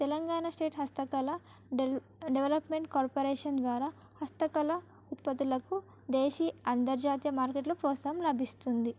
Telangana state హస్తకళ de development corporation ద్వారా హస్తకళ ఉత్పత్తులకు దేశీయ అంతర్జాతీయ మార్కెట్లో ప్రోత్సాహం లభిస్తుంది